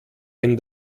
wenn